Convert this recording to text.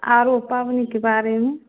आओर पाबनिके बारेमे